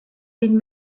been